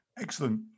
Excellent